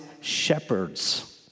shepherds